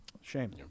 shame